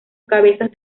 cabezas